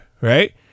right